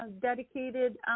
dedicated